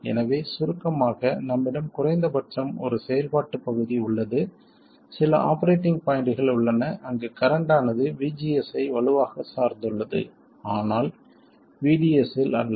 எனவே சுருக்கமாக நம்மிடம் குறைந்தபட்சம் ஒரு செயல்பாட்டுப் பகுதி உள்ளது சில ஆபரேட்டிங் பாய்ண்ட்கள் உள்ளன அங்கு கரண்ட் ஆனது VGS ஐ வலுவாகச் சார்ந்துள்ளது ஆனால் VDS இல் அல்ல